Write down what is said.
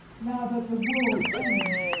now that the world ends!